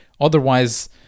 otherwise